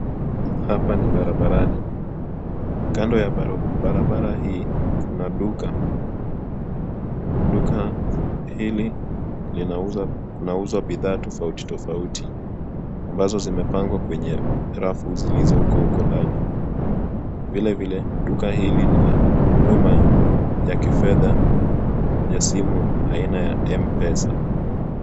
Hapa ni barabarani. Kando ya duka hili kuna duka. Duka hili linauza bidhaa tofauti tofauti ambazo zimepangwa kwenye rafu zilizo huko ndani. Vilevile, duka hili ni la huduma ya kifedha ya simu ya MPESA.